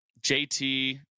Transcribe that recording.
JT